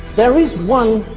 there is one,